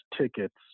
tickets